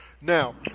Now